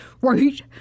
right